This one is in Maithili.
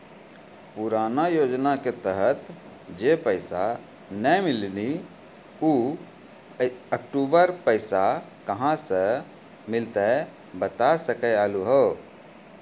पुराना योजना के तहत जे पैसा नै मिलनी ऊ अक्टूबर पैसा कहां से मिलते बता सके आलू हो?